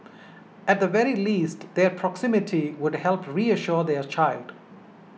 at the very least their proximity would help reassure their child